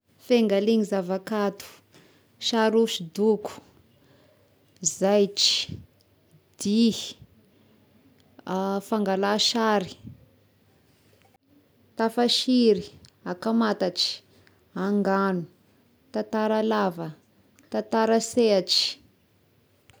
Fengaligna zava-kanto: sary hosodoko, zaitry, dihy, fangala sary, tafasiry, akamatatra, angano, tantara lava, tantara sehatry.